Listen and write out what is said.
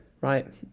Right